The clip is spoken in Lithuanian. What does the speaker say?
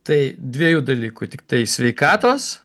tai dviejų dalykų tiktai sveikatos